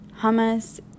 hummus